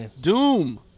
Doom